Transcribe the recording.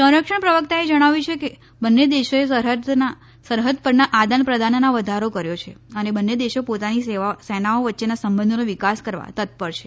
સંરક્ષણ પ્રવક્તાએ જણાવ્યું કે બંને દેશોએ સરહદ પરના આદાનપ્રદાનના વધારો કર્યો છે અને બંને દેશો પોતાની સેનાઓ વચ્ચેના સંબંધોનો વિકાસ કરવા તત્પર છે